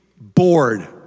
bored